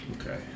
Okay